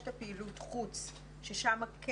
יש את פעילות החוץ ששם כן